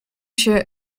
się